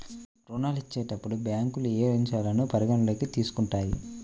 ఋణాలు ఇచ్చేటప్పుడు బ్యాంకులు ఏ అంశాలను పరిగణలోకి తీసుకుంటాయి?